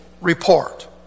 report